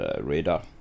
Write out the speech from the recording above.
radar